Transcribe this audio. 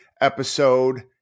episode